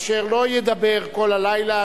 אשר לא ידבר כל הלילה,